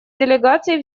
делегаций